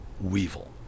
weevil